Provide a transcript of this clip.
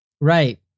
right